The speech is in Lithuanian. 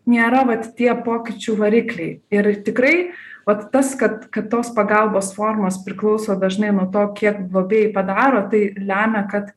nėra vat tie pokyčių varikliai ir tikrai vats tas kad kad tos pagalbos formos priklauso dažnai nuo to kiek globėjai padaro tai lemia kad